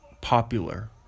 popular